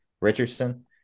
Richardson